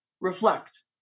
reflect